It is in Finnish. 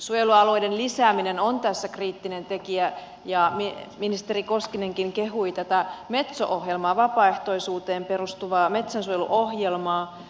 suojelualueiden lisääminen on tässä kriittinen tekijä ja ministeri koskinenkin kehui tätä metso ohjelmaa vapaaehtoisuuteen perustuvaa metsänsuojeluohjelmaa